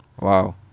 Wow